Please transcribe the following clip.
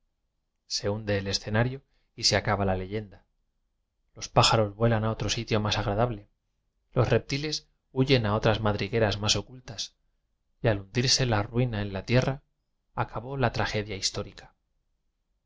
se hunde el escenario y se acaba la leyenda los pája ros vuelan a otro sitio más agradable los biblioteca nacional de españa reptiles huyen a otras madrigueras más ocultas y al hundirse la ruina en la tierra acabó la tragedia h